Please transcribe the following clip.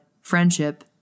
friendship